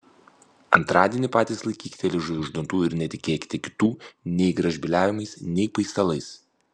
antradienį patys laikykite liežuvį už dantų ir netikėkite kitų nei gražbyliavimais nei paistalais